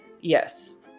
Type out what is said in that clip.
Yes